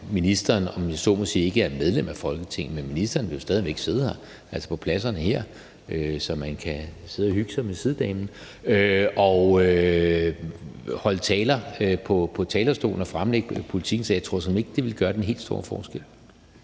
så må sige, ikke er et medlem af Folketinget. Men ministeren vil jo stadig væk sidde på pladserne her, så man kan sidde og hygge sig med sidedamen, og holde taler på talerstolen og fremlægge politikken. Så jeg tror såmænd ikke, det ville gøre den helt store forskel.